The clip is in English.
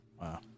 Wow